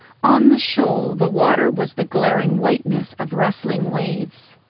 on the shoal the water was the glaring whiteness of wrestling waves.